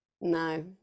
No